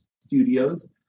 Studios